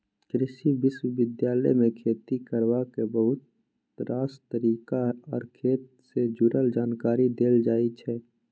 कृषि विश्वविद्यालय मे खेती करबाक बहुत रास तरीका आर खेत सँ जुरल जानकारी देल जाइ छै